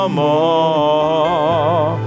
more